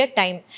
time